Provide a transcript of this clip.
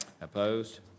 Opposed